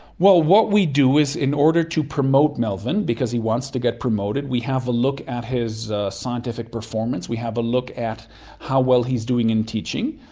well, what we do is in order to promote melvin, because he wants to get promoted, we have a look at his scientific performance, we have a look at how well he is doing in teaching,